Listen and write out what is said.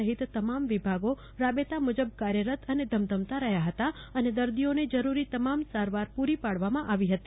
સફિત તમામ વિભાગો રાબેતા મુજબ કાર્યરત અને ધમધમતા રહ્યા હતા અને દર્દીઓને જરૂરી તમામ સારવાર પૂરી પાડવામાં આવી હતી